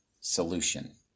solution